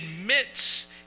admits